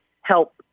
help